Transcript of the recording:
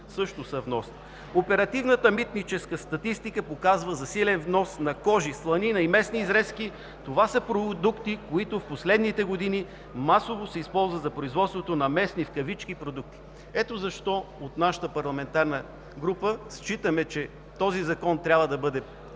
също са внос. Оперативната митническа статистика показва засилен внос на кожи, сланина и месни изрезки. Това са продукти, които в последните години масово се използват за производството на месни в кавички продукти. Ето защо от нашата парламентарна група считаме, че този закон трябва да бъде